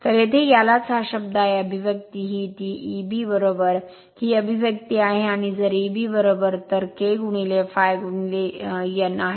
तर येथे यालाच हा शब्द आहे अभिव्यक्ती ही ती एबी ही अभिव्यक्ती आहे आणि जर एबी तर K ∅ n आहे